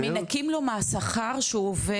מנקים לו מהשכר שהוא עובד.